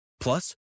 Plus